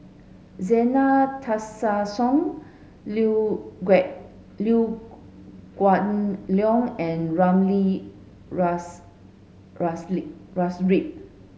Zena Tessensohn Liew Liew Geok Leong and Ramli Sarip